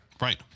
Right